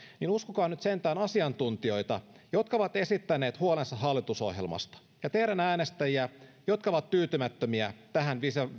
niin uskokaa nyt sentään asiantuntijoita jotka ovat esittäneet huolensa hallitusohjelmasta ja teidän äänestäjiänne jotka ovat tyytymättömiä tähän